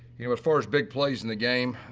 you know, as far as big plays in the game,